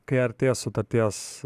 kai artėja sutarties